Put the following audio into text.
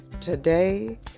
today